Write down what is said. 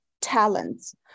talents